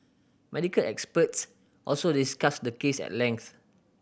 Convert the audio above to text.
medical experts also discussed the case at length